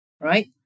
right